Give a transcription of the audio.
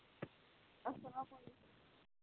اَسلام علیکُم